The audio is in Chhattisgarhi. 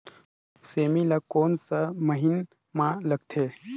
सेमी ला कोन सा महीन मां लगथे?